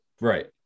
Right